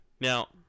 Now